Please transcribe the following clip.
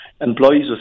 employees